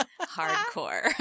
Hardcore